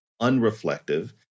unreflective